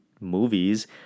movies